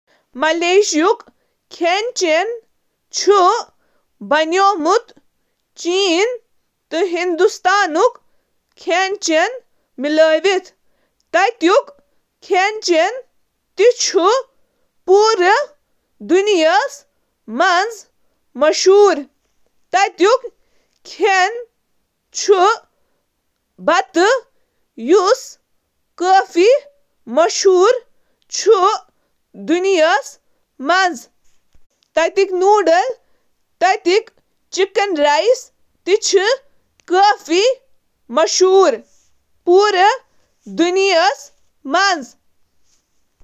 Malaysia ہُک کھٮ۪ن چھُ پوٗرٕ ایشیا پٮ۪ٹھ اثراتُک اکھ متنوع تہٕ پیچیدٕ مرکب۔ سِنٮ۪ن منٛز چھِ ستاے شٲمِل، یُس سکیور گرِلڈ ماز تہٕ چٹنی چھُ، سۭتۍ سۭتۍ چھُ تھُکِتھ سور تہٕ سمبل تہِ شٲمِل- اکھ مسالہٕ دار مرژَس پٮ۪ٹھ مبنی مصالحہٕ۔ سڑکہِ پٮ۪ٹھ کھٮ۪ن چھُ تازٕ کھوٗپرٕ پٮ۪ٹھٕ لکسا تام، تہٕ واریٛاہ مزیدار مسالہٕ دار سِنٮ۪ن تام آسان۔